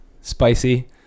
spicy